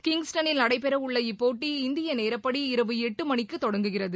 கிங்ஸ்டனில் நடைபெறவுள்ள இப்போட்டி இந்திய நேரப்படி இரவு எட்டு மணிக்கு தொடங்குகிறது